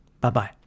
Bye-bye